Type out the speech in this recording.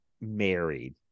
married